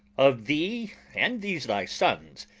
of thee and these thy sonnes,